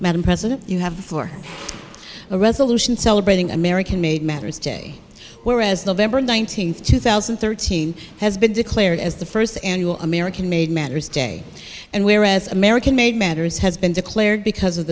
madam president you have a resolution celebrating american made matters day whereas november nineteenth two thousand and thirteen has been declared as the first annual american made matters day and where as american made matters has been declared because of